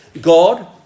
God